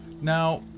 Now